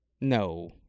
No